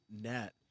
net